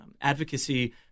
advocacy